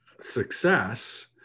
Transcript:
success